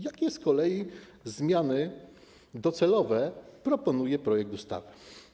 Jakie z kolei zmiany docelowe proponuje projekt ustawy?